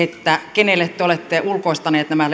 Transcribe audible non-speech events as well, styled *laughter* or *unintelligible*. kenelle te olette ulkoistaneet nämä *unintelligible*